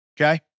Okay